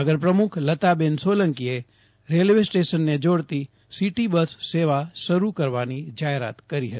નગર પ્રમુખ લતાબેન સોલંકીએ રેલવે સ્ટેશનને જોડતી સિટી બસ સેવા શરૂ કરવાની જાહેરાત કરી હતી